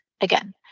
again